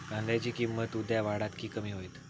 कांद्याची किंमत उद्या वाढात की कमी होईत?